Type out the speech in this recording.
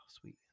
sweet